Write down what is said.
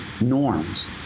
norms